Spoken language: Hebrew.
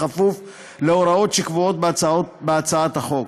בכפוף להוראות שקבועות בהצעת החוק.